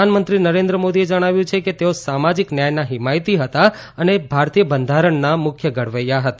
પ્રધાનમંત્રી નરેન્દ્ર મોદીએ જણાવ્યું છે કે તેઓ સામાજીક ન્યાયના હિમાયતી હતા અને ભારતીય બંધારણના મુખ્ય ઘડવૈયા હતા